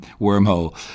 wormhole